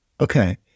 Okay